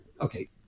okay